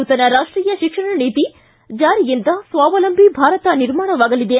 ನೂತನ ರಾಷ್ಟೀಯ ಶಿಕ್ಷಣ ನೀತಿ ಜಾರಿಯಿಂದ ಸ್ವಾವಲಂಬಿ ಭಾರತ ನಿರ್ಮಾಣವಾಗಲಿದೆ